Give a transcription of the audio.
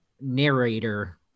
narrator